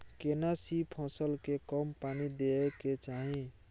केना सी फसल के कम पानी दैय के चाही?